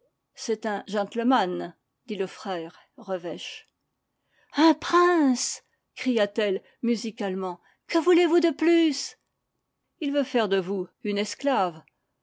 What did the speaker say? c'est un gentleman dit le frère revêche un prince cria-t-elle musicalement que voulez vous de plus il veut faire de vous une esclave